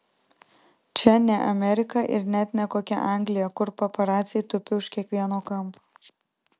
čia ne amerika ir net ne kokia anglija kur paparaciai tupi už kiekvieno kampo